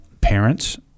parents